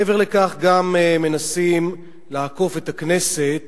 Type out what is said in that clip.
מעבר לכך, גם מנסים לעקוף את הכנסת